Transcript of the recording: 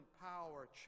power